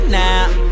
now